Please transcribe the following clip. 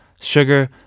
sugar